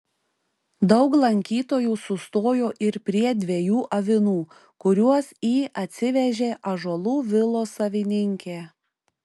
daug lankytojų sustojo ir prie dviejų avinų kuriuos į atsivežė ąžuolų vilos savininkė